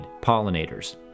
pollinators